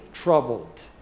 troubled